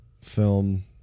film